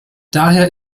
daher